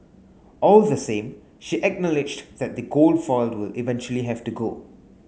all the same she acknowledged that the gold foil will eventually have to go